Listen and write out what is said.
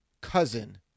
cousin